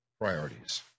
priorities